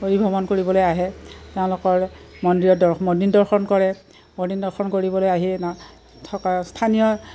পৰিভ্ৰমণ কৰিবলৈ আহে তেওঁলোকৰ মন্দিৰত দ মন্দিৰ দৰ্শন কৰে মন্দিৰ দৰ্শন কৰিবলৈ আহি ন থকা স্থানীয়